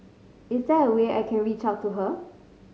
is there a way I can reach out to her